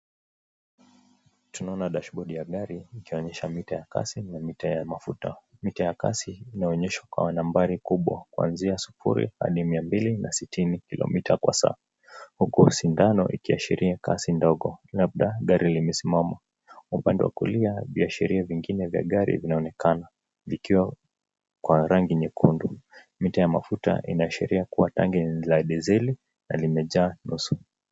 Tuona dashibodi ya gari ikionyesha mita ya kasi na mita ya mafuta. Mita ya kasi, inaonyesha kwa nambari kubwa kuanzia sufuri hadi mia mbili na sitini kilomita kwa saa, huku sindano ikiashiria kasi ndogo labda gari lilisimama. Kwa upande wa kulia, viashiria vingine vya gari vinaonekana vikiwa kwa rangi nyekundu. Mita ya mafuta inaashiria kuwa gari ni la dizeli na limejaa nusu.